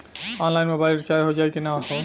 Online mobile recharge हो जाई की ना हो?